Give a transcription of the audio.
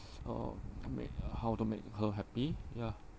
or make uh how to make her happy ya